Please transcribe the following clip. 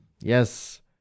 Yes